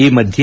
ಈ ಮಧ್ಯೆ